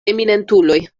eminentuloj